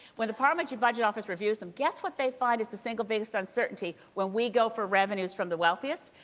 when the parliamentary budget office reviews them guess what they find is the single biggest uncertainty when we go for revenues from the wealthiest?